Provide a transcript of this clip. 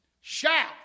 Shout